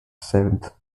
seventh